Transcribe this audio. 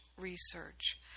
research